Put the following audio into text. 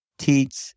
Teach